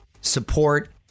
support